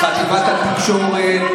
חטיבת התקשורת,